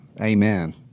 amen